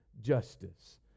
justice